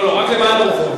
לא לא, רק למען העובדות.